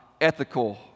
ethical